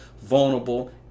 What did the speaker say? vulnerable